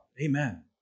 Amen